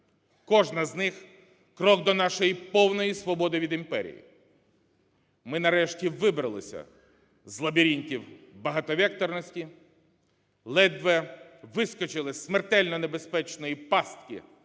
кожна з них – крок до нашої повної свободи від імперії. Ми, нарешті, вибралися з лабіринтів багатовекторності, ледве вискочили зі смертельно небезпечної пастки